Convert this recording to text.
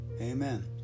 Amen